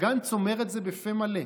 וגנץ אומר את זה בפה מלא.